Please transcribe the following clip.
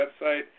website